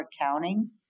accounting